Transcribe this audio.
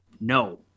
No